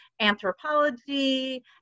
anthropology